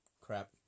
crap